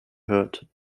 heard